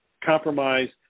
compromise